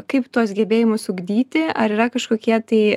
kaip tuos gebėjimus ugdyti ar yra kažkokie tai